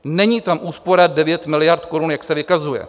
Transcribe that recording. Není tam úspora 9 miliard korun, jak se vykazuje.